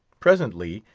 presently,